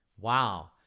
Wow